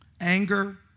anger